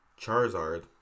Charizard